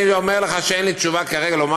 אני אומר לך שאין לי תשובה כרגע לומר